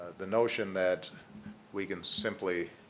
the notion that we can simply